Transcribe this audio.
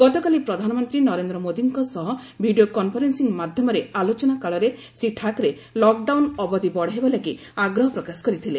ଗତକାଲି ପ୍ରଧାନମନ୍ତ୍ରୀ ନରେନ୍ଦ୍ରମୋଦିଙ୍କ ସହ ଭିଡ଼ିଓ କନ୍ଫରେନ୍ସିଂ ମାଧ୍ୟମରେ ଆଲୋଚନା କାଳରେ ଶ୍ରୀ ଠାକ୍ରେ ଲକ୍ଡାଉନ୍ ଅବଧି ବଡ଼ାଇବା ଲାଗି ଆଗ୍ରହ ପ୍ରକାଶ କରିଥିଲେ